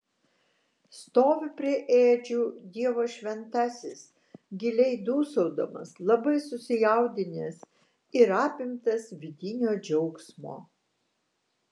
stovi prie ėdžių dievo šventasis giliai dūsaudamas labai susijaudinęs ir apimtas vidinio džiaugsmo